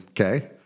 okay